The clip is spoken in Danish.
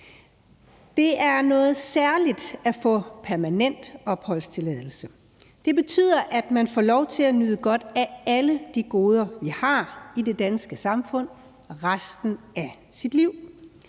Det er noget særligt at få permanent opholdstilladelse. Det betyder, at man får lov til at nyde godt af alle de goder, vi har i det danske samfund, resten af sit liv.